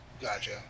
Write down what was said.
Gotcha